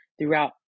throughout